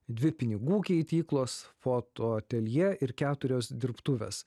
dvi pinigų keityklos fotoateljė ir keturios dirbtuvės